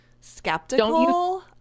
skeptical